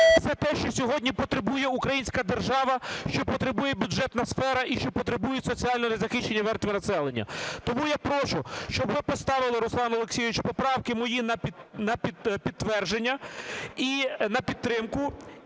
все те, що сьогодні потребує українська держава, що потребує бюджетна сфера і що потребують соціально незахищені верстви населення. Тому я прошу, щоб ви поставили, Руслан Олексійович, поправки мої на підтвердження, на підтримку